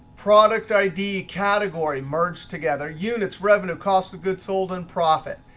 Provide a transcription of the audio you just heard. product id, category merged together, units, revenue, cost of goods sold, and profit.